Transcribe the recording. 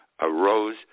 arose